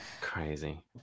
Crazy